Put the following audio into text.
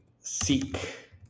seek